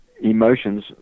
emotions